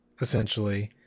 essentially